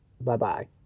Bye-bye